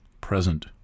present